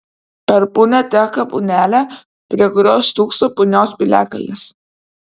per punią teka punelė prie kurios stūkso punios piliakalnis